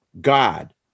God